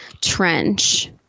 trench